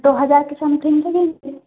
दो हजार के समथिंग लगेंगे